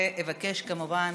ואבקש, כמובן,